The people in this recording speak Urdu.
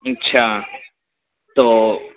اچھا تو